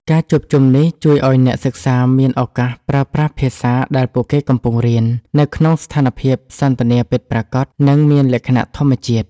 ការជួបជុំនេះជួយឱ្យអ្នកសិក្សាមានឱកាសប្រើប្រាស់ភាសាដែលពួកគេកំពុងរៀន នៅក្នុងស្ថានភាពសន្ទនាពិតប្រាកដ និងមានលក្ខណៈធម្មជាតិ។